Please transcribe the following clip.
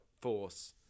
force